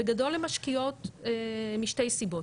בגדול הן משקיעות משתי סיבות,